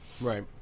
Right